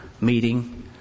meeting